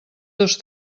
dos